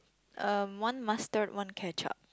um one mustard one ketchup